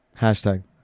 Hashtag